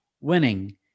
winning